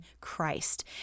Christ